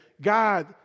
God